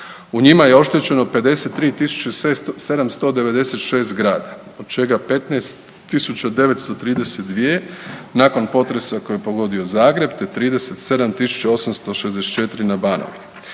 U njima je oštećeno 53 796 zgrada, od čega 15 932 nakon potresa koji je pogodio Zagreb te 37 864 na Banovini.